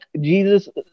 Jesus